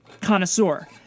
connoisseur